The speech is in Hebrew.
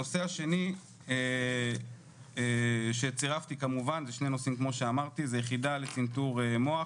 הנושא השני שצרפתי כמובן זה שני נושאים כמו שאמרתי זה יחידה לצנתור מוח,